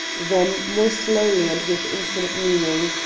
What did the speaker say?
then more slowly and with infinite meaning,